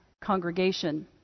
congregation